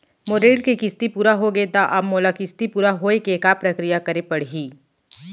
मोर ऋण के किस्ती पूरा होगे हे ता अब मोला किस्ती पूरा होए के का प्रक्रिया करे पड़ही?